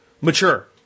mature